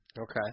Okay